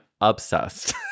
obsessed